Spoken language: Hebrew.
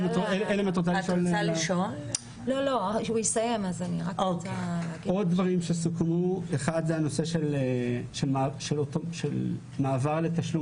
בנוסף סוכמו עוד מספר דברים: 1. מעבר לתשלום